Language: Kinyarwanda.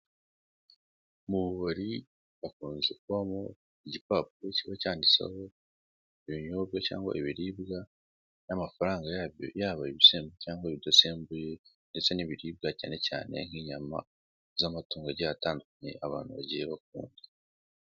Ububari bukunze kubamo igipapuro kiba cyanditseho ibinyobwa cyangwa ibiribwa n'amafaranga yabyo yaba ibisembuye cyangwa ibidasembuye, ndetse n'ibiribwa cyane cyane nk'inyama z'amatungo agiye atandukanye abantu bagiye bakunda.